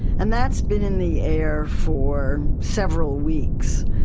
and that's been in the air for several weeks.